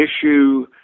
issue